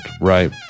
Right